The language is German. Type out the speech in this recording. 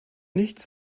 nichts